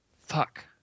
Fuck